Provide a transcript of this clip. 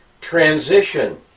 transition